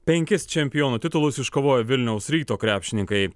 penkis čempionų titulus iškovojo vilniaus ryto krepšininkai